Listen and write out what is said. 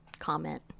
Comment